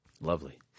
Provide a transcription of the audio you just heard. lovely